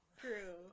True